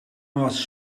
was